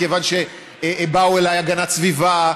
כיון שבאו אליי הגנת הסביבה,